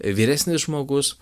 vyresnis žmogus